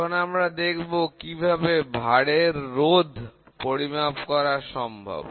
এখন আমরা দেখব কিভাবে ভার এর প্রতিরোধ পরিমাপ করা সম্ভব